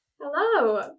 Hello